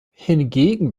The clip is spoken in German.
hingegen